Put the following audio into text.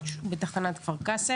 וכן,